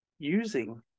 using